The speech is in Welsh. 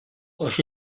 oes